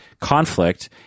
conflict